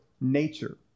nature